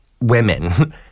women